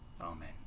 Amen